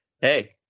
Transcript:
Hey